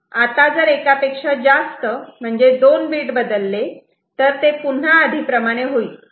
आता जर एकापेक्षा जास्त म्हणजे दोन बीट बदलले तर ते पुन्हा आधी प्रमाणे होईल